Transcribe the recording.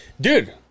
Dude